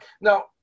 Now